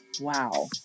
Wow